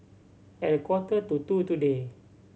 at a quarter to two today